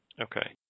Okay